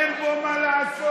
אין בו מה לעשות,